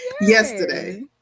yesterday